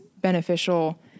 beneficial